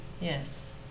Yes